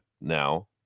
Now